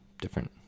different